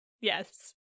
Yes